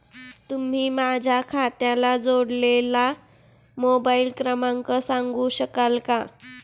तुम्ही माझ्या खात्याला जोडलेला मोबाइल क्रमांक सांगू शकाल का?